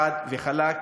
חד וחלק,